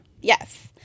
Yes